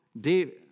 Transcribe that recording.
David